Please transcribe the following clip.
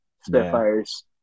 Spitfires